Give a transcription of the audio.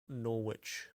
norwich